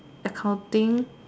accounting